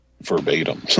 verbatim